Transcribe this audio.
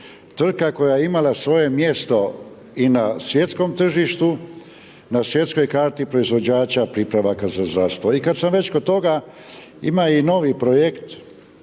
tvrtka koja je imala svoje mjesto i na svjetskom tržištu, na svjetskoj karti proizvođača, pripravka za zdravstvo. I kada sam već kod toga ima i novi projekt